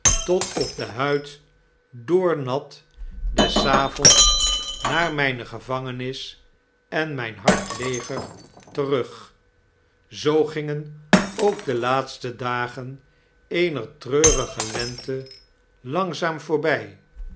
tot op de huid doornat des avonds naar mijne gevangenis en mjjn hard leger terug zoo gingen ook de laatste dagen eener treurige lente langzaam voorbtj